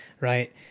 right